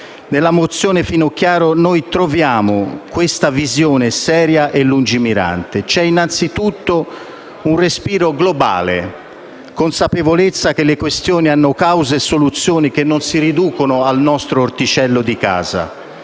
della senatrice Finocchiaro noi troviamo una visione seria e lungimirante: ci sono innanzitutto un respiro globale e la consapevolezza che le questioni hanno cause e soluzioni che non si riducono al nostro orticello di casa.